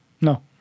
No